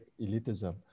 elitism